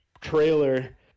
Trailer